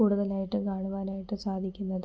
കൂടുതലായിട്ട് കാണുവാനായിട്ട് സാധിക്കുന്നത്